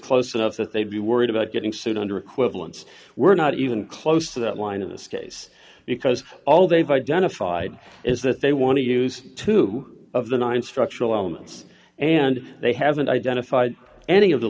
close enough that they'd be worried about getting sued under equivalence we're not even close to that line in this case because all they've identified is that they want to use two of the nine structural elements and they haven't identified any of the